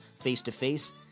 face-to-face